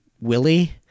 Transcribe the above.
Willie